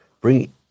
Bring